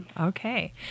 Okay